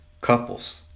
couples